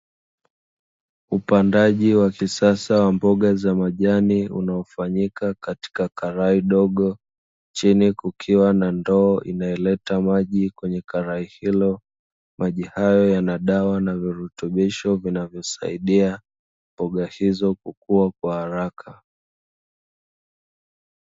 Upandaji wa kisasa wa mboga za majani unaofanyika katika karai dogo, chini kukiwa na ndoo inayoleta maji kwenye karai hilo, maji hayo yana virutubisho vjnavyosaidi mboga hizo kukua kwa haraka.